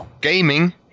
gaming